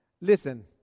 Listen